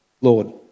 Lord